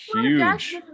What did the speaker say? huge